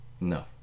No